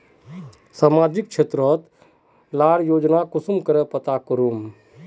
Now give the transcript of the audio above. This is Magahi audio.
सामाजिक क्षेत्र लार योजना कुंसम करे पता करूम?